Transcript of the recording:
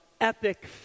epic